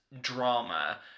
drama